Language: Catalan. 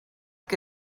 que